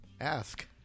Ask